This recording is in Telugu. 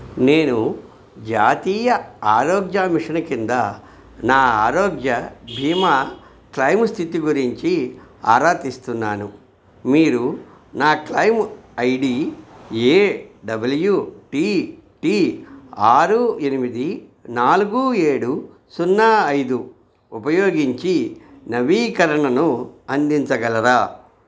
నేను జాతీయ ఆరోగ్య మిషను కింద నా ఆరోగ్య భీమా క్లెయిము స్థితి గురించి ఆరా తీస్తున్నాను మీరు నా claim I D A W T T ఆరు ఎనిమిది నాలుగు ఏడు సున్నా ఐదు ఉపయోగించి నవీకరణను అందించగలరా